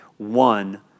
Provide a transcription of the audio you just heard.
One